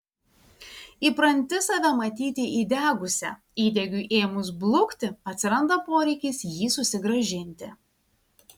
įpranti save matyti įdegusia įdegiui ėmus blukti atsiranda poreikis jį susigrąžinti